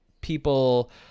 people